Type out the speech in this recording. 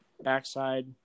Backside